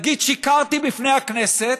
להגיד: שיקרתי בפני הכנסת,